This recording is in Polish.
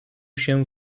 się